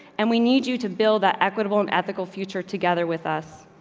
and we need you to build that equitable, unethical future together with us.